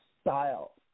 style